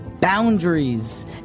boundaries